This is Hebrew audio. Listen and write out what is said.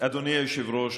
אדוני היושב-ראש,